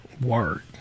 Word